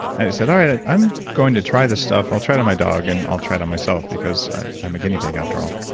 i said, all right, i'm going to try this stuff. i'll try it on my dog, and i'll try it on myself because i'm a guinea pig, after all.